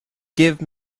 give